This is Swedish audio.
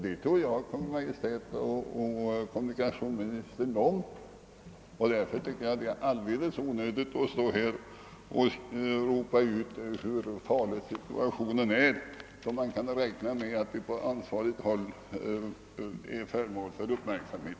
Detta tror jag dock Kungl. Maj:t och kommunikationsministern om, och därför tycker jag att det är alldeles onödigt att här ropa ut hur farlig situationen är. Man kan säkerligen räkna med att den på ansvarigt håll är föremål för uppmärksamhet.